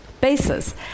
bases